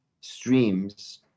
streams